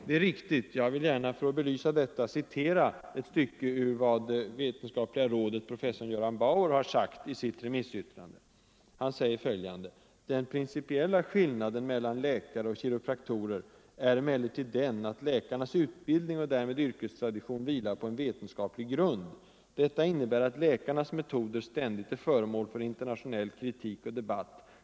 Det är riktigt, och jag vill gärna för att belysa det citera ett stycke ur vad professor Göran Bauer, som är vetenskapligt råd åt socialstyrelsen, har sagt i sitt remissyttrande: ”Den principiella skillnaden mellan läkare och kiropraktorer är emellertid den att läkarnas utbildning och därmed yrkestradition vilar på en vetenskaplig grund. Detta innebär att läkarnas metoder ständigt är föremål för internationell kritik och debatt.